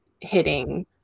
hitting